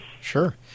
sure